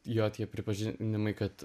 jo tie pripažinimai kad